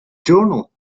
journal